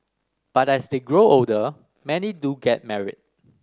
but as they grow older many do get married